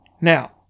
Now